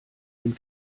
den